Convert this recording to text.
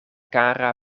kara